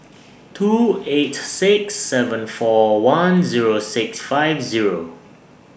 two eight six seven four one Zero six five Zero